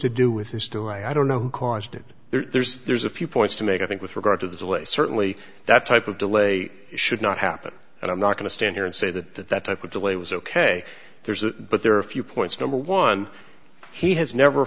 to do with these two i don't know who caused it there's there's a few points to make i think with regard to the delay certainly that type of delay should not happen and i'm not going to stand here and say that that that type of delay was ok there's that but there are a few points number one he has never